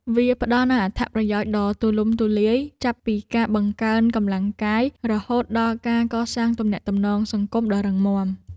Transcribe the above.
វាផ្ដល់នូវអត្ថប្រយោជន៍ដ៏ទូលំទូលាយ ចាប់ពីការបង្កើនកម្លាំងកាយ រហូតដល់ការកសាងទំនាក់ទំនងសង្គមដ៏រឹងមាំ។